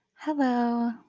Hello